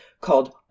called